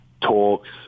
talks